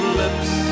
lips